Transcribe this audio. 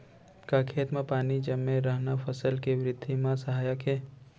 का खेत म पानी जमे रहना फसल के वृद्धि म सहायक हे?